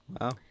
Wow